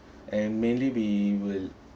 and mainly we would